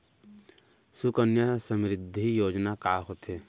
सुकन्या समृद्धि योजना का होथे